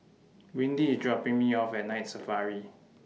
Windy IS dropping Me off At Night Safari